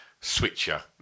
switcher